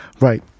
Right